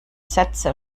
sätze